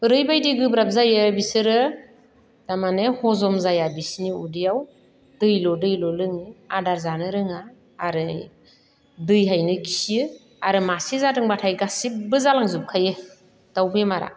ओरैबायदि गोब्राब जायो बिसोरो थारमाने हजम जाया बिसिनि उदैयाव दैल' दैल' लोङो आदार जानो रोङा आरो दैहायनो खियो आरो मासे जादोंब्लाथाय गासिबो जालां जोबखायो दाउ बेमारा